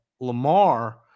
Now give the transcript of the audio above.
Lamar